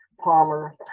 Palmer